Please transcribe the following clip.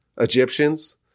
Egyptians